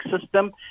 system